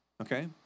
Okay